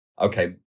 okay